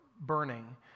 burning